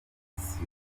bisobanuye